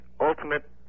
ultimate